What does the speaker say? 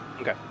Okay